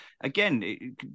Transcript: Again